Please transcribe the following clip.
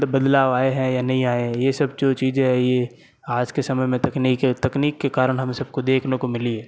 बदलाव आए है या नहीं आए है ये सब जो चीजें हैं ये आज के समय में तकनीक है तकनीक के कारण हमें सबको देखने को मिली है